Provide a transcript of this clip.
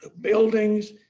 ah buildings.